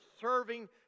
serving